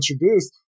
introduced